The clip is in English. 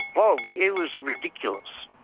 flogged. it was ridiculous.